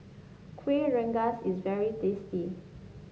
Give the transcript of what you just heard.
Kueh Rengas is very tasty